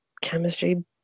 chemistry